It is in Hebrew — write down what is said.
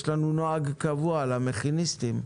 יש לנו נוהג קבוע למכיניסטים.